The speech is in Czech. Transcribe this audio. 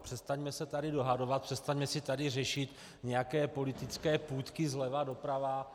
Přestaňme se tady dohadovat, přestaňme tady řešit nějaké politické půtky zleva doprava.